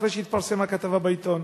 אחרי שהתפרסמה כתבה בעיתון.